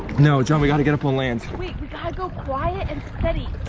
no john, we gotta get up on land. wait, we gotta go quiet and steady.